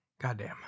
Goddamn